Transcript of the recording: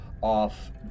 off